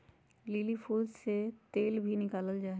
lily फूल से तेल भी निकाला जाहई